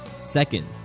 Second